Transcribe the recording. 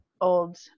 old